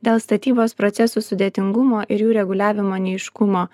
dėl statybos procesų sudėtingumo ir jų reguliavimo neaiškumo